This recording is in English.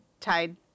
tied